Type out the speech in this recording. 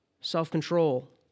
self-control